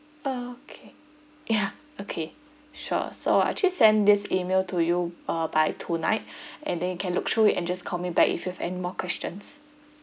okay yeah okay sure so I'll actually send this email to you uh by tonight and then you can look through it and just call me back if you have any more questions